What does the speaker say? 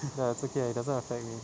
ya it's okay ah it doesn't affect me